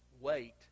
Wait